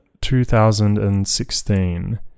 2016